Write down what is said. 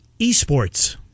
esports